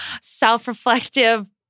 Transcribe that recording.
self-reflective